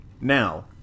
now